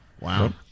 Wow